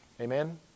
Amen